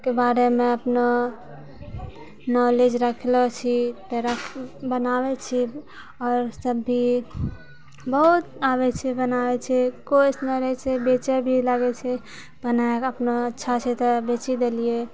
के बारे मे अपनो नॉलेज रखलो छी त बनाबै छी आओर सब भी बहुत आबै छै बनाबै छै कोइ अइसन रहै छै बेचए भी लागै छै बनाए कऽ अपना अच्छा छै त बेची देलियै